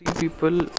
people